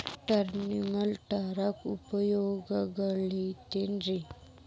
Dragon tank ಉಪಯೋಗಗಳೆನ್ರಿ?